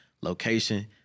location